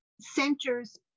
centers